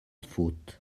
faute